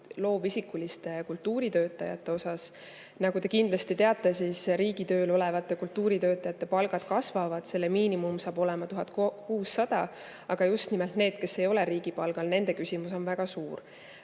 loovisikutest kultuuritöötajatega. Nagu te kindlasti teate, riigitööl olevate kultuuritöötajate palk kasvab, selle miinimum saab olema 1600 [eurot], aga just nimelt need, kes ei ole riigi palgal – nendega seotud küsimus on väga suur.